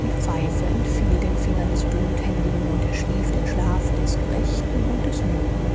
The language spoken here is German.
die pfeife entfiel den fingern des bluthändigen und er schlief den schlaf des gerechten und des müden